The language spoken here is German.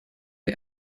der